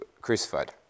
crucified